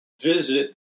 visit